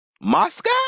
moscow